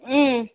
ம்